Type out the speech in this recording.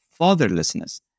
fatherlessness